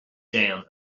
déan